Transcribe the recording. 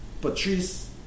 Patrice